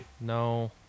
No